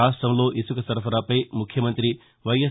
రాష్టంలో ఇసుక సరఫరాపై ముఖ్యమంతి వై ఎస్